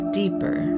deeper